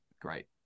great